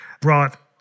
brought